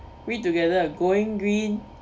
read together going green